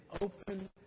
open